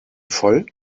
voll